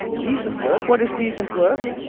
decent work? what is decent work?